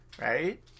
Right